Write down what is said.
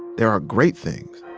there are great things.